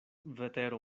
vetero